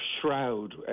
shroud